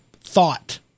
thought